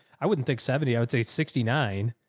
i wouldn't think seventy, i would say sixty nine.